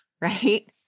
right